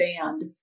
band